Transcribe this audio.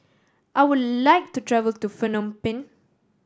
I would like to travel to Phnom Penh